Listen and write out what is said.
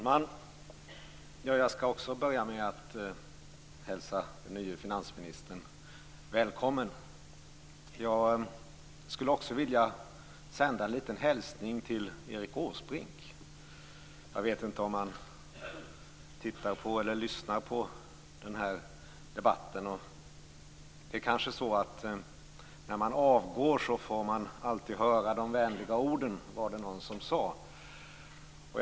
Fru talman! Jag skall också börja med att hälsa den nye finansministern välkommen. Jag skulle också vilja sända en liten hälsning till Erik Åsbrink. Jag vet inte om han tittar på eller lyssnar till den här debatten. När man avgår får man alltid höra de vänliga orden, var det någon som sade.